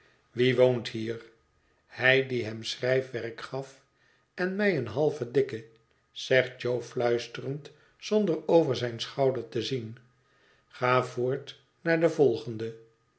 wie woont hier hij die hem schrijfwerk gaf en mij een halve dikke zegt jo fluisterend zonder over zijn schouder te zien ga voort naar de volgende